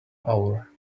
our